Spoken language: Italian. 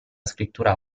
scrittura